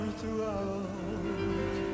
throughout